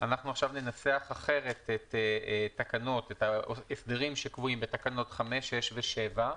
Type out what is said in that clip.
אנחנו עכשיו ננסח אחרת את ההסדרים שקבועים בתקנות 5,6 ו-7.